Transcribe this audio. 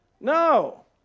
No